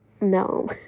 no